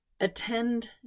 Attend